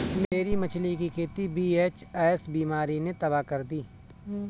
मेरी मछली की खेती वी.एच.एस बीमारी ने तबाह कर दी